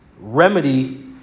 remedy